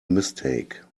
mistake